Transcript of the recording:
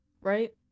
right